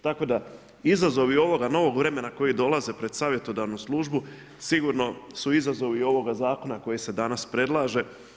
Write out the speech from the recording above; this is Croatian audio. Tako da izazovi ovoga novog vremena koji dolaze pred savjetodavnu službu sigurno su izazovi ovoga zakona koji se danas predlaže.